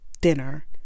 dinner